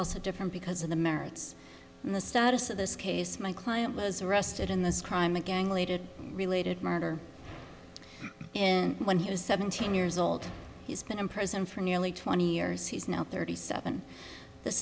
also different because of the merits in the status of this case my client was arrested in this crime a gang related related murder and when he was seventeen years old he's been in prison for nearly twenty years he's now thirty seven this